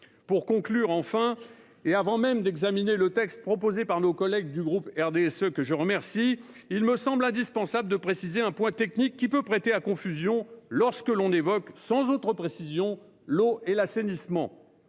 Pour conclure, et avant même d'examiner le texte proposé par nos collègues du groupe RDSE, que je remercie, il me semble indispensable de préciser un point technique qui peut prêter à confusion lorsque l'on évoque, sans autre précision, l'eau et l'assainissement.